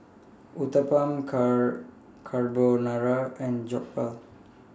Uthapam Carbonara and Jokbal